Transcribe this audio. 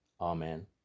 Amen